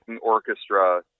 orchestra